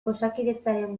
osakidetzaren